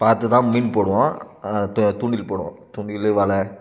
பார்த்துதான் மீன் போடுவோம் தூ தூண்டில் போடுவோம் தூண்டில் வலை